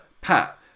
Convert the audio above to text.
Pat